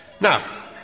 Now